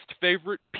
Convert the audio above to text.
favorite